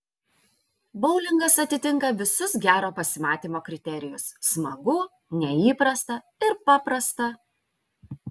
boulingas atitinka visus gero pasimatymo kriterijus smagu neįprasta ir paprasta